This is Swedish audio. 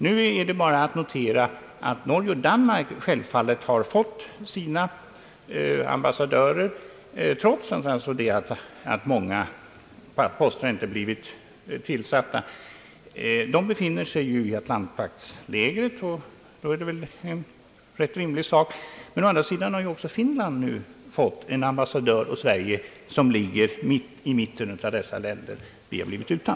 Nu är det bara att notera att Norge och Danmark självfallet har fått sina ambassadörer, trots att många av posterna inte blivit tillsatta; dessa båda länder befinner sig i atlantpaktslägret, så det är rätt rimligt. Men å andra sidan har också Finland nu fått en ambassadör, och Sverige som ligger mellan dessa länder har blivit utan.